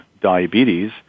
diabetes